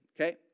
okay